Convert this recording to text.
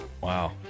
Wow